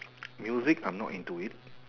music I'm not into it